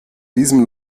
diesem